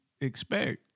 expect